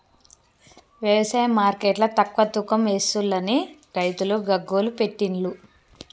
వ్యవసాయ మార్కెట్ల తక్కువ తూకం ఎస్తుంలని రైతులు గగ్గోలు పెట్టిన్లు